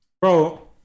Bro